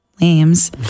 Lames